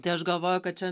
tai aš galvoju kad čia